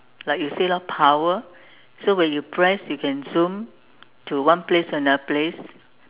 like you say lor power so when you press you can zoom to one place to another place